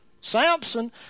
Samson